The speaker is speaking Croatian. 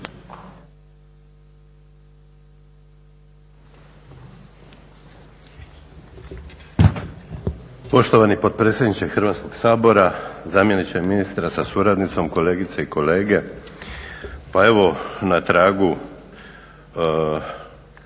Hvala i vama.